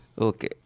Okay